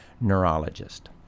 neurologist